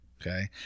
Okay